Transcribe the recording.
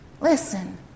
Listen